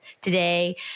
today